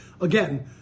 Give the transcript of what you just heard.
Again